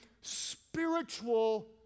spiritual